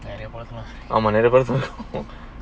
ஆமாநெறயபடத்துலவந்துருக்கு:aama neraya padathula vandhurukku